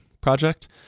project